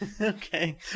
Okay